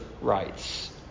rights